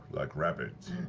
like rapids?